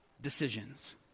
decisions